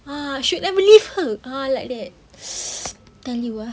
ah should have marry her ah like that tell you ah